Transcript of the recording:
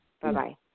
Bye-bye